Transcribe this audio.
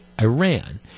Iran